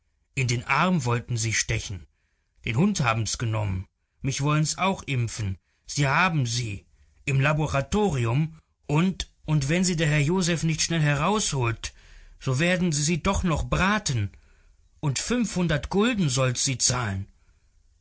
in den arm wollen sie stechen den hund haben's genommen mich wollen's auch impfen sie haben sie im laboratorium und wenn sie der herr josef nicht schnell herausholt so werden sie sie doch noch braten und fünfhundert gulden sollt sie zahlen